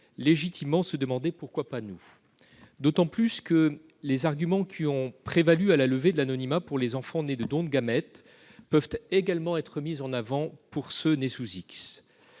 légitimement se demander :« Pourquoi pas nous ?» D'autant que les arguments qui ont prévalu pour la levée de l'anonymat pour les enfants nés de dons de gamètes peuvent également être mis en avant pour ceux qui sont